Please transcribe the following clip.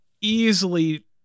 easily